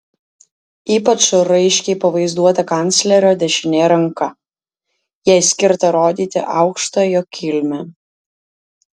ypač raiškiai pavaizduota kanclerio dešinė ranka jai skirta rodyti aukštą jo kilmę